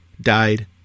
died